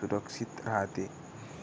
सुरक्षित राहते